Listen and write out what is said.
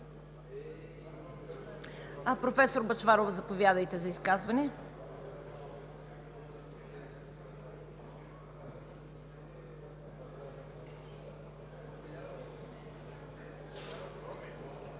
Професор Бъчварова, заповядайте за изказване.